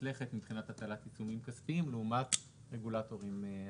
לכת מבחינת הטלת עיצומים כספיים לעומת רגולטורים אחרים.